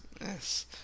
Yes